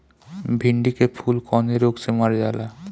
भिन्डी के फूल कौने रोग से मर जाला?